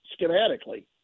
schematically